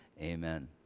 amen